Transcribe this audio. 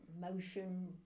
motion